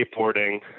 skateboarding